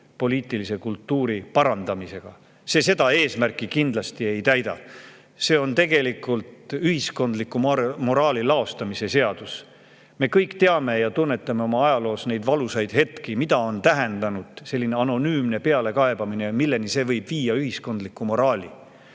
poliitilise kultuuri parandamisega. See seda eesmärki kindlasti ei täida. See on tegelikult ühiskondliku moraali laostamise seadus. Me kõik teame ja tunnetame ajaloos neid valusaid hetki, mida tähendab selline anonüümne pealekaebamine, milleni see võib ühiskondliku moraali